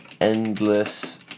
endless